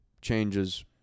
changes